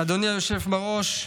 אדוני היושב-בראש,